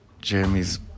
Jeremy's